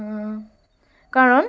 কাৰণ